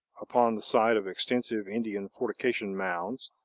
upon the site of extensive indian fortification mounds,